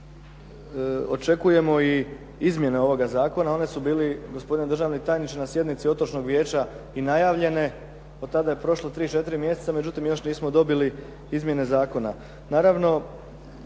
očekujemo i izmjene ovoga zakona one su bile gospodine državni tajniče na sjednici otočnog vijeća i najavljene. Od tada je prošlo 3, 4 mjeseca međutim, još nismo dobili izmjene zakona.